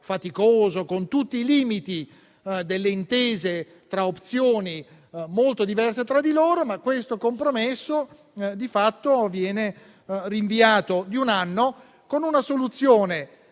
faticoso, con tutti i limiti delle intese tra opzioni molto diverse tra di loro, ma questo compromesso di fatto viene rinviato di un anno con una soluzione